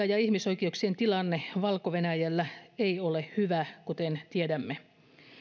ja ihmisoikeuksien tilanne valko venäjällä ei ole hyvä kuten tiedämme